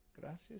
Gracias